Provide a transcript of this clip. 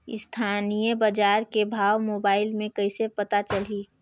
स्थानीय बजार के भाव मोबाइल मे कइसे पता चलही?